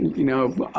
you know,